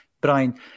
Brian